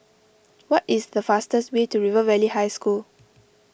what is the fastest way to River Valley High School